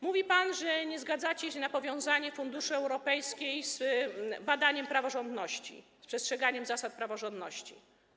Mówi pan, że nie zgadzacie się na powiązanie funduszy europejskich z badaniem praworządności, z przestrzeganiem zasad praworządności.